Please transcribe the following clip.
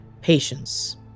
Patience